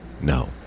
No